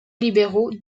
libéraux